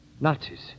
Nazis